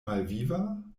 malviva